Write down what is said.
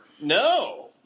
No